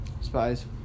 Spies